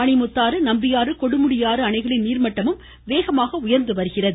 மணிமுத்தாறு நம்பியாறு கொடுமுடி ஆறு அணைகளின் நீர்மட்டமும் வேகமாக உயர்ந்து வருகின்றன